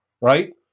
right